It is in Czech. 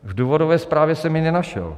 V důvodové zprávě jsem ji nenašel.